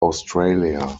australia